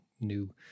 new